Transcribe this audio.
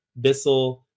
Bissell